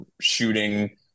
shooting